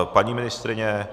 Paní ministryně?